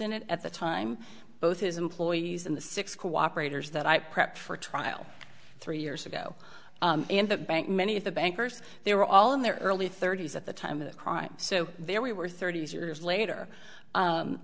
in it at the time both his employees and the six cooperators that i prepped for trial three years ago and the bank many of the bankers they were all in their early thirty's at the time of the crime so there we were thirty's years later